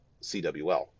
CWL